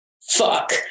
fuck